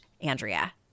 Andrea